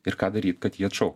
ir ką daryti kad jį atšaukt